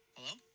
Hello